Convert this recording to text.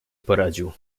poradził